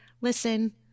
listen